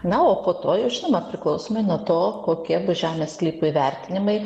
na o po to jau žinoma priklausomai nuo to kokia bus žemės sklypų įvertinimai